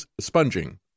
sponging